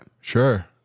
Sure